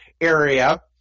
area